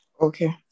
Okay